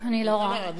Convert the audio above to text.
אני לא רואה.